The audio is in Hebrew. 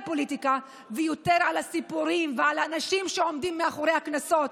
פוליטיקה ויותר על הסיפורים ועל האנשים שעומדים מאחורי הקנסות,